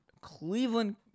Cleveland